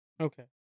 Okay